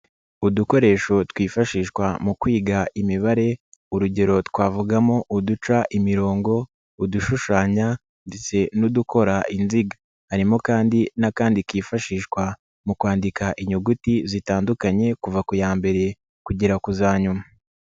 Udukoresho twifashishwa mu kwiga imibare, urugero twavugamo uduca imirongo, udushushanya ndetse n'udukora inziga. Harimo kandi n'akandi kifashishwa, mu kwandika inyuguti zitandukanye, kuva ku ya mbere, kugera ku za nyuma.